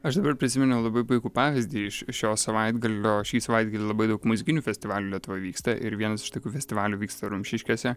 aš dabar prisiminiau labai puikų pavyzdį iš šio savaitgalio šį savaitgalį labai daug muzikinių festivalių lietuvoj vyksta ir vienas iš tokių festivalių vyksta rumšiškėse